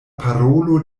parolo